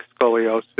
scoliosis